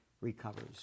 recovers